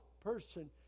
person